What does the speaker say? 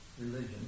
religion